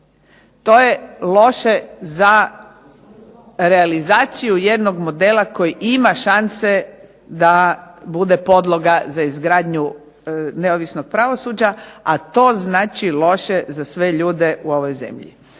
To je loše za realizaciju jednog modela koji ima šanse da bude podloga za izgradnju neovisnog pravosuđa, a to znači loše za sve ljude u ovoj zemlji.